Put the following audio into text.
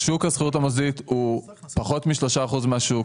שוק השכירות --- הוא פחות מ-3% מהשוק.